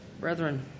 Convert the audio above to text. Brethren